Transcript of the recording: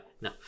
No